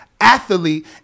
athlete